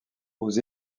aux